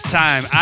time